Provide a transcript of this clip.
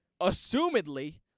assumedly